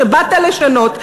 שבאת לשנות,